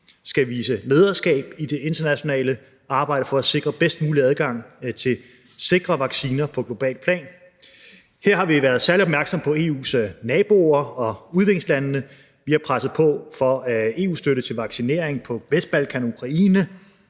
skal vise lederskab i det internationale arbejde for at sikre bedst mulig adgang til sikre vacciner på globalt plan. Her har vi været særlig opmærksomme på EU's naboer og udviklingslandene, og vi har presset på for EU-støtte til vaccinering på Vestbalkan og i Ukraine.